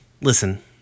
listen